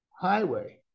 highway